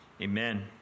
amen